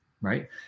right